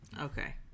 Okay